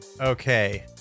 Okay